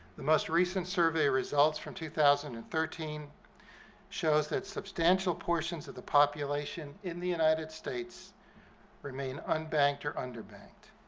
the most recent survey results from two thousand and thirteen shows that substantial portions of the population in the united states remain unbanked or underbanked.